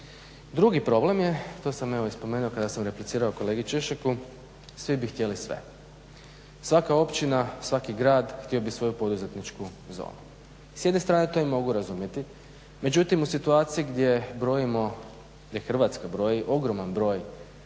Drugi problem je to sam evo i spomenuo kada sam replicirao kolegi Češeku, svi bi htjeli sve. Svaka općina, svaki grad htio bi svoju poduzetničku zonu. S jedne strane to mogu razumjeti, međutim u situaciji gdje Hrvatska broji ogroman broj